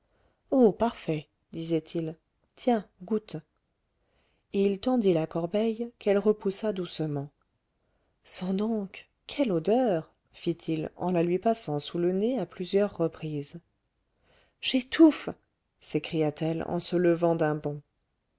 oh parfait disait-il tiens goûte et il tendit la corbeille qu'elle repoussa doucement sens donc quelle odeur fit-il en la lui passant sous le nez à plusieurs reprises j'étouffe s'écria-t-elle en se levant d'un bond